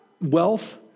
wealth